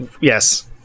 yes